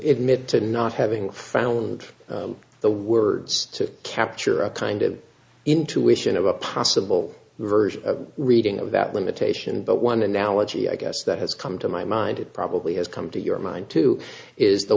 admit to not having found the words to capture a kind of intuition of a possible version of a reading of that limitation but one analogy i guess that has come to my mind it probably has come to your mind too is the